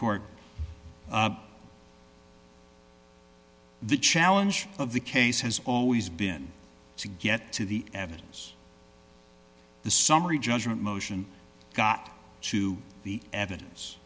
court the challenge of the case has always been to get to the evidence the summary judgment motion got to the evidence